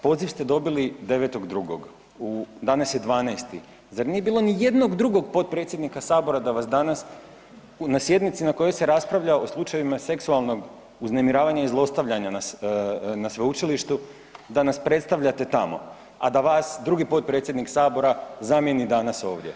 Poziv ste dobili 9.2., danas je 12., zar nije bilo nijednog drugog potpredsjednika sabora da vas danas na sjednici na kojoj se raspravlja o slučajevima seksualnog uznemiravanja i zlostavljanja na sveučilištu da nas predstavljate tamo, a da vas drugi potpredsjednik sabora zamijeni danas ovdje?